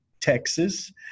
Texas